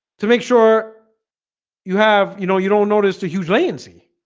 to make sure you have you know, you don't notice two huge leniency.